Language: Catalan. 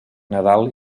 nadal